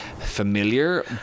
familiar